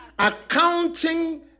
accounting